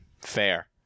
fair